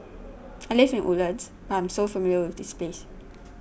I live in Woodlands but I'm so familiar with this place